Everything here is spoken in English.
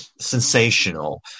sensational